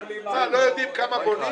אתם לא יודעים כמה בונים?